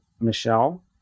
Michelle